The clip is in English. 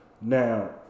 Now